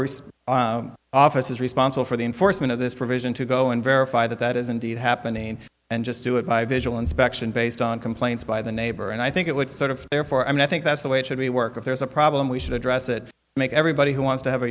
whatever office is responsible for the enforcement of this provision to go and verify that that is indeed happening and just do it by visual inspection based on complaints by the neighbor and i think it would sort of therefore i mean i think that's the way it should be work if there's a problem we should address it make everybody who wants to have a